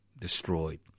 destroyed